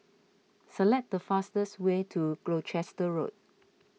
select the fastest way to Gloucester Road